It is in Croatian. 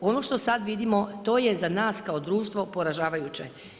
Ono što sad vidimo to je za nas kao društvo poražavajuće.